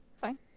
Fine